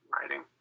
writing